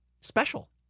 special